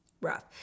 rough